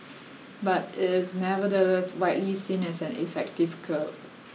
but it is nevertheless widely seen as an effective curb